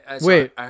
Wait